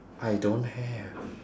I don't have